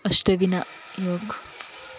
Ashtavinayak